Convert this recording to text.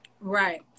Right